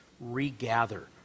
regather